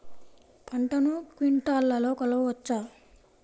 పంటను క్వింటాల్లలో కొలవచ్చా?